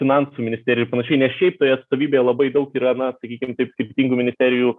finansų ministerijai ir panašiai ne šiaip toj atstovybėje labai daug yra na sakykim taip kryptingų ministerijų